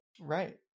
Right